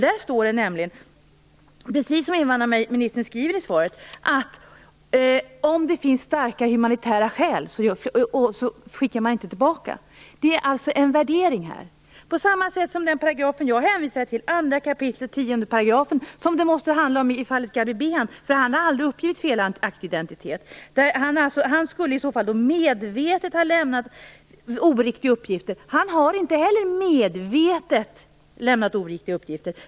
Där står det nämligen, precis som invandrarministern skriver i svaret, att om det finns starka humanitära skäl skickar man inte tillbaka någon. Det finns alltså utrymme för en värdering här. Det är på samma sätt med den paragraf som jag hänvisade till, 2 kap. 10 §. Det är den det måste handla om i fallet Gabi Behan, eftersom han aldrig har uppgivit felaktig identitet. Han skulle i så fall medvetet ha lämnat oriktiga uppgifter. Han har inte heller medvetet lämnat oriktiga uppgifter.